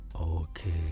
Okay